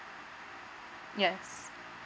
yes